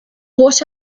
what